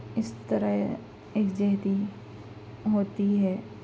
اِس طرح یکجہتی ہوتی ہے